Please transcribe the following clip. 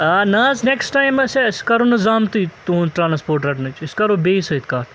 آ نہ حظ نٮ۪کٕس ٹایمسے أسۍ کَرو نہٕ زانٛہمتٕے تُہُنٛد ٹرٛانَسپوٹ رٹنٕچ أسۍ کَرو بیٚیِس سۭتۍ کَتھ